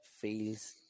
feels